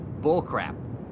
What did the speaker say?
bullcrap